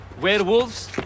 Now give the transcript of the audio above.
Werewolves